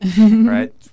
Right